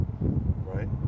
right